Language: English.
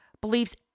believes